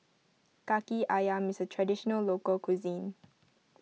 Kaki Ayam is a Traditional Local Cuisine